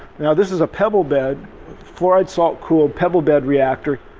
now this is a pebble bed fluoride salt cooled pebble bed reactor.